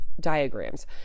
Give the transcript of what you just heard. diagrams